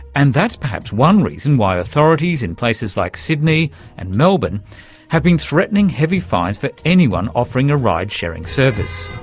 and that's perhaps one reason why authorities in places like sydney and melbourne have been threatening heavy fines for anyone offering a ride sharing service.